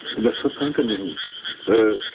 this will continue to